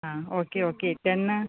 आं okay okay तेन्ना